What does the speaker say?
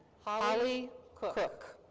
holly cook.